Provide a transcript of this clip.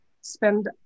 spend